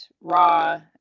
raw